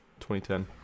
2010